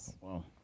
Wow